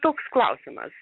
o toks klausimas